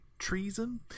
treason